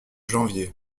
janvier